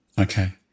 Okay